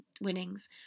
winnings